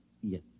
Yes